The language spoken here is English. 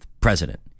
president